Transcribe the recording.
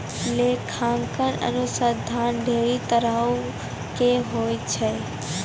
लेखांकन अनुसन्धान ढेरी तरहो के होय छै